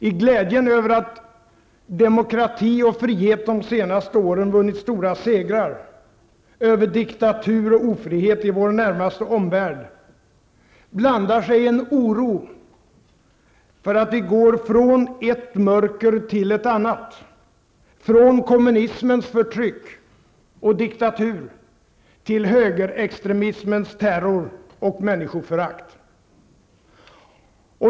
I glädjen över att demokrati och frihet under de senaste åren har vunnit stora segrar över diktatur och ofrihet i vår närmaste omvärld blandar sig en oro för att vi går från ett mörker till ett annat, från kommunismens förtryck och diktatur till högerextremismens terror och människoförakt.